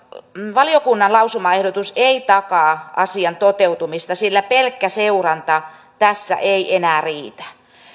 valiokunnan lausumaehdotus ei takaa asian toteutumista sillä pelkkä seuranta tässä ei enää riitä